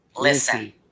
listen